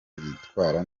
kwitwara